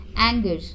Anger